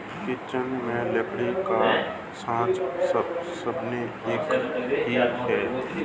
kitchen में लकड़ी का साँचा सबने देखा ही है